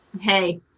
hey